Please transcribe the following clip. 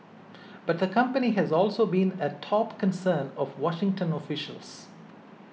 but the company has also been a top concern of Washington officials